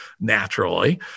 naturally